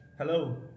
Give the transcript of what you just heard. Hello